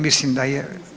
Mislim da je